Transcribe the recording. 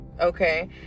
okay